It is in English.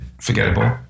forgettable